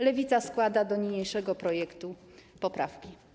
Lewica składa do niniejszego projektu poprawki.